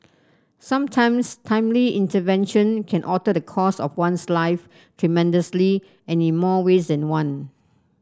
sometimes timely intervention can alter the course of one's life tremendously and in more ways than one